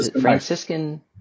Franciscan